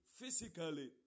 physically